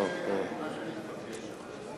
אני לא מבקש אבל אם זה מה שמתבקש,